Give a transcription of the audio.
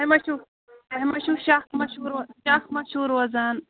تۄہہِ ما چھُو تۄہہِ ما چھُو شکھ ما چھوُ شکھ ما چھُو روزان